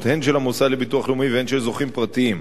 הן של המוסד לביטוח לאומי והן של זוכים פרטיים.